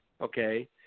okay